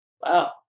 Wow